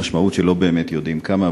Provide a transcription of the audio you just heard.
והמשמעות היא שלא באמת יודעים כמה,